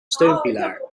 steunpilaar